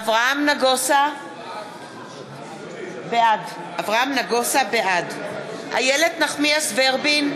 אברהם נגוסה, בעד איילת נחמיאס ורבין,